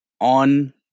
on